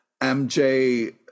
MJ